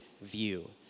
view